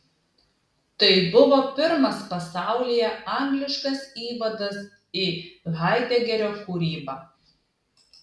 tai buvo pirmas pasaulyje angliškas įvadas į haidegerio kūrybą